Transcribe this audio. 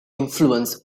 influence